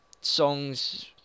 songs